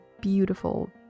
beautiful